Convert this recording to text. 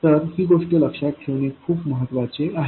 तर ही गोष्ट लक्षात ठेवणे खूप महत्त्वाचे आहे